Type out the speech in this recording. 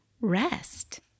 rest